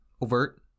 overt